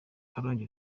karongi